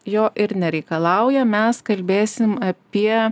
jo ir nereikalauja mes kalbėsim apie